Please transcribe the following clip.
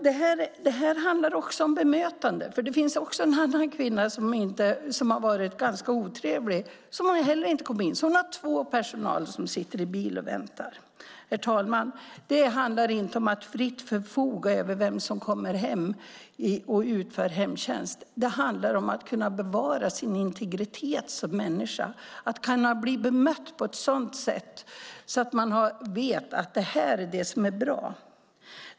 Detta handlar också om bemötande. Det finns nämligen en annan kvinna i hemtjänsten som har varit ganska otrevlig mot min bekant och som inte heller kommer hem till henne. Det är alltså två personer i personalen som sitter i bil och väntar. Herr talman! Det handlar inte om att fritt förfoga över vem som kommer hem till människor och utför hemtjänst. Det handlar om att kunna bevara sin integritet som människa och kunna bli bemött på ett sådant sätt att man vet vad som är bra.